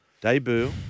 debut